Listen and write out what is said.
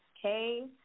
Okay